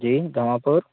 जी Ghamapur